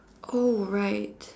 oh right